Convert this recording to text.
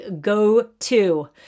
go-to